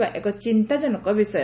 କରିବା ଏକ ଚିନ୍ତାଜନକ ବିଷୟ